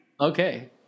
Okay